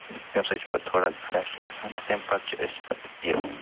تَمہِ سۭتۍ چھِ پتہٕ تھوڑا فرٛٮ۪ش گژھان تہٕ تَمہِ پتہٕ چھِ أسۍ پتہٕ یہِ